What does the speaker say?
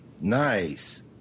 nice